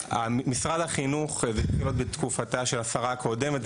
משרד החינוך זה התחיל עוד בתקופתה של השרה הקודמת,